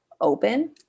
open